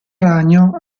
ragno